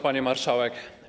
Pani Marszałek!